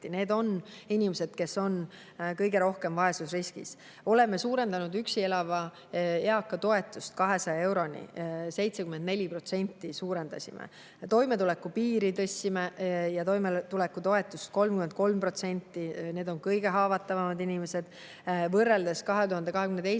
Need on inimesed, kes on kõige rohkem vaesusriskis. Oleme suurendanud üksi elava eaka toetust 200 euroni, 74% suurendasime. Toimetulekupiiri tõstsime ja toimetulekutoetust 33%. Need on kõige haavatavamad inimesed. Võrreldes 2022.